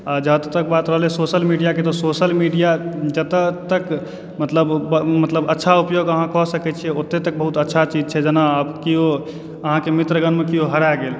आ जतऽ तक बात रहलै सोशल मीडिया के तऽ सोशल मीडिया जतऽ तक मतलब मतलब अच्छा उपयोग अहाँ कऽ सकै छियै ओते तक बहुत अच्छा चीज छै जेना आब केओ अहाँके मित्रगणमे केओ हराए गेल